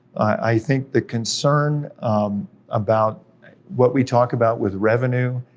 i think the concern about what we talk about with revenue,